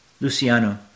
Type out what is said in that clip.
Luciano